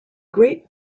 great